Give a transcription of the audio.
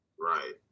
Right